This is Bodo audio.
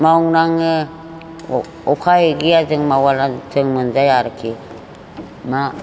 मावनाङो उफाय गैया जों मावाब्ला जों मोनजाया आरोखि मा